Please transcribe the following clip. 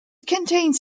contains